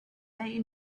they